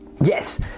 Yes